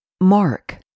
Mark